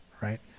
right